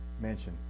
mansion